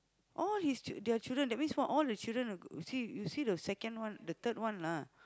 all his ch~ their children that means what all the children will go you see you see the second the third one lah